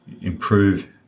improve